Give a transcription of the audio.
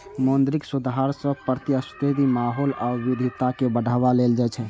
मौद्रिक सुधार सं प्रतिस्पर्धी माहौल आ विविधता कें बढ़ावा देल जाइ छै